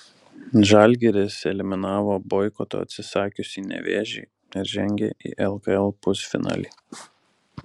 žalgiris eliminavo boikoto atsisakiusį nevėžį ir žengė į lkl pusfinalį